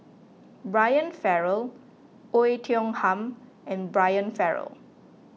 Brian Farrell Oei Tiong Ham and Brian Farrell